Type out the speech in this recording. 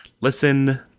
Listen